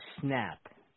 snap